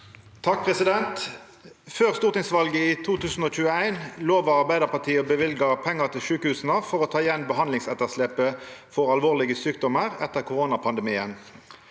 «Før stor- tingsvalget i 2021 lovet Arbeiderpartiet å bevilge penger til sykehusene for å ta igjen behandlingsetterslepet for alvorlige sykdommer etter koronapandemien.